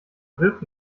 wirkt